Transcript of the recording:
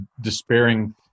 despairing